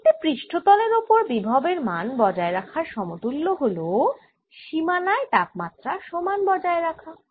একটি পৃষ্ঠ তলের ওপর বিভব এর মান বজায় রাখার সমতুল্য হল সীমানায় তাপমাত্রা সমান বজায় রাখা